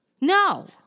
No